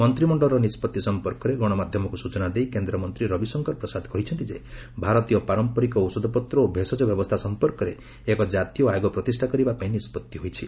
ମନ୍ତ୍ରିମଣ୍ଡଳର ନିଷ୍କଭି ସଂପର୍କରେ ଗଣମାଧ୍ୟମକୁ ସୂଚନା ଦେଇ କେନ୍ଦ୍ରମନ୍ତ୍ରୀ ରବିଶଙ୍କର ପ୍ରସାଦ କହିଛନ୍ତି ଯେ ଭାରତୀୟ ପାରମ୍ପରିକ ଔଷଧପତ୍ର ଓ ଭେଷଜ ବ୍ୟବସ୍ଥା ସଂପର୍କରେ ଏକ ଜାତୀୟ ଆୟୋଗ ପ୍ରତିଷ୍ଠା କରିବା ପାଇଁ ନିଷ୍ପଭି ହୋଇଛି